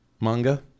manga